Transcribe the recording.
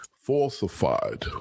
falsified